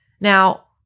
Now